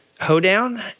Hoedown